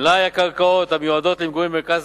מלאי הקרקעות המיועדות למגורים במרכז